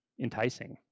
enticing